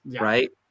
right